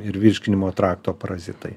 ir virškinimo trakto parazitai